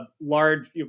large